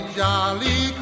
jolly